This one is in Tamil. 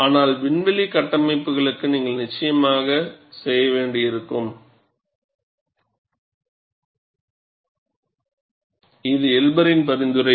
ஆனால் விண்வெளி கட்டமைப்புகளுக்கு நீங்கள் நிச்சயமாக செய்ய வேண்டியிருக்கும் இது எல்பரின் பரிந்துரை